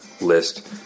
list